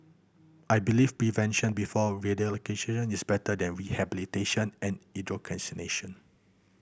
I believe prevention before is better than rehabilitation and indoctrination